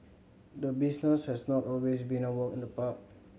the business has not always been a walk in the park